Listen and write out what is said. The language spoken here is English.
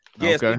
Yes